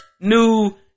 new